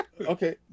Okay